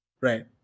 Right